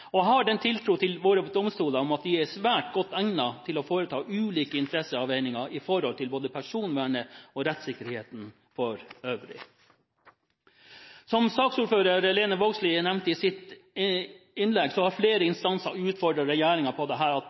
Og jeg har den tiltro til våre domstoler at de er svært godt egnet til å foreta ulike interesseavveininger i forhold til både personvernet og rettssikkerheten for øvrig. Som saksordfører Lene Vågslid nevnte i sitt innlegg, har flere instanser utfordret regjeringen på at dette lovforslaget utfordrer noe av det